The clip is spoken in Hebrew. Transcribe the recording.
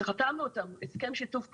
שחתמנו איתם הסכם שיתוף פעולה,